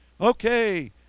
okay